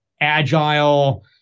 agile